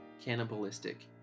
cannibalistic